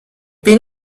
been